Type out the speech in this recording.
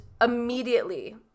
immediately